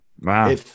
Wow